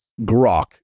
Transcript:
grok